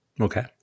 Okay